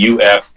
UF